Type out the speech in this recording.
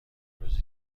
روزی